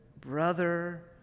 Brother